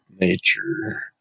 nature